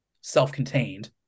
self-contained